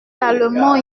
l’allemand